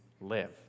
live